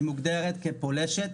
היא מוגדרת כפולשת